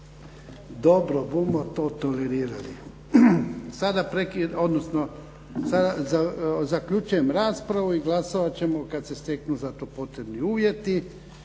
Dobro, budemo to tolerirali. Zaključujem raspravu. Glasovat ćemo kad se steknu za to potrebni uvjeti.